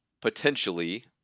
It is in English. potentially